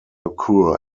occur